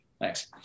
Thanks